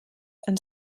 and